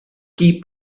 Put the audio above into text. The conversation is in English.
key